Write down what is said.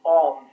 on